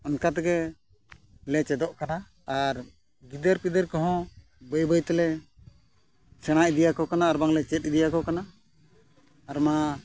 ᱚᱱᱠᱟ ᱛᱮᱜᱮ ᱞᱮ ᱪᱮᱫᱚᱜ ᱠᱟᱱᱟ ᱟᱨ ᱜᱤᱫᱟᱹᱨᱼᱯᱤᱫᱟᱹᱨ ᱠᱚᱦᱚᱸ ᱵᱟᱹᱭᱼᱵᱟᱹᱭ ᱛᱮᱞᱮ ᱥᱮᱬᱟ ᱤᱫᱤᱭᱟᱠᱚ ᱠᱟᱱᱟ ᱟᱨ ᱵᱟᱝᱞᱮ ᱪᱮᱫ ᱤᱫᱤ ᱟᱠᱚ ᱠᱟᱱᱟ ᱟᱨ ᱢᱟ